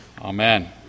Amen